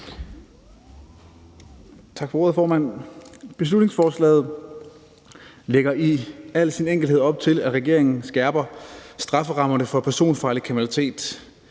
Beslutningsforslaget lægger i al sin enkelhed op til, at regeringen skærper strafferammerne for personfarlig kriminalitet.